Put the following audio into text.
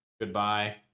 Goodbye